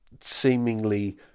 seemingly